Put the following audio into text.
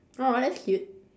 !aww! that's cute